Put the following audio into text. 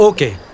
Okay